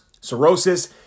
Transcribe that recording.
cirrhosis